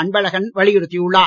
அன்பழகன் வலியுறுத்தியுள்ளார்